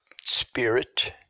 spirit